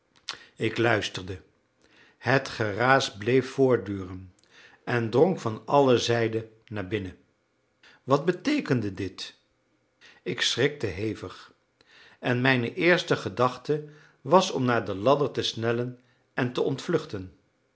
ik luisterde het geraas bleef voortduren en drong van alle zijden naar binnen wat beteekende dit ik schrikte hevig en mijne eerste gedachte was om naar de ladder te snellen en te ontvluchten